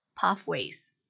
pathways